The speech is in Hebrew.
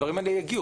הדברים האלה יגיעו,